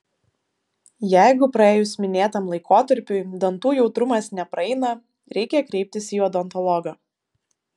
jeigu praėjus minėtam laikotarpiui dantų jautrumas nepraeina reikia kreiptis į odontologą